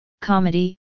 comedy